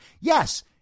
Yes